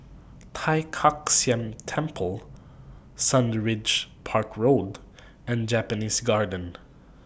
Tai Kak Seah Temple Sundridge Park Road and Japanese Garden